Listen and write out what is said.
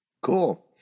Cool